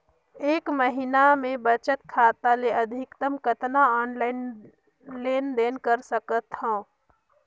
एक महीना मे बचत खाता ले अधिकतम कतना ऑनलाइन लेन देन कर सकत हव?